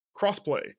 crossplay